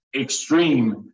extreme